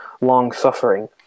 long-suffering